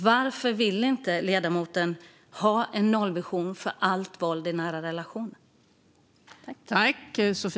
Varför vill ledamoten inte ha en nollvision för allt våld i nära relationer?